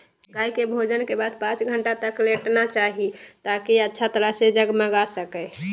गाय के भोजन के बाद पांच घंटा तक लेटना चाहि, ताकि अच्छा तरह से जगमगा सकै